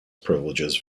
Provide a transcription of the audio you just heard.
privileges